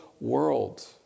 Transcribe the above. world